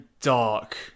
dark